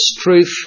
truth